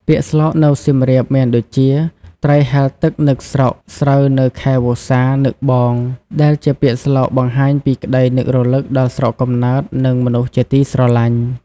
ពាក្យស្លោកនៅសៀមរាបមានដូចជា "ត្រីហែលទឹក នឹកស្រុក ស្រូវនៅខែវស្សា នឹកបង" ដែលជាពាក្យស្លោកបង្ហាញពីក្តីនឹករលឹកដល់ស្រុកកំណើត និងមនុស្សជាទីស្រលាញ់។